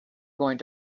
going